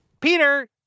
Peter